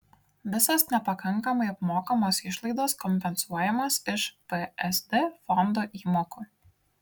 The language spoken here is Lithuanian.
visos nepakankamai apmokamos išlaidos kompensuojamos iš psd fondo įmokų